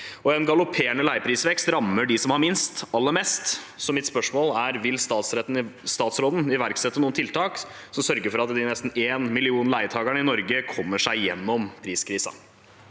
En galopperende leieprisvekst rammer dem som har minst, aller mest. Vil statsråden iverksette noen tiltak som sørger for at de nesten én million leietakerne i Norge kommer seg gjennom denne priskrisa?»